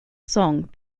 song